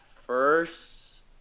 first